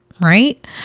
right